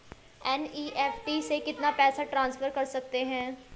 NEFT से कितना पैसा ट्रांसफर कर सकते हैं?